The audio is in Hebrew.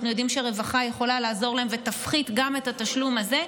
אנחנו יודעים שהרווחה יכולה לעזור להם ותפחית גם את התשלום הזה,